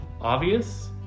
obvious